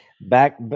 back